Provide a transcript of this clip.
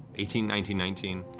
eighteen, nineteen, nineteen.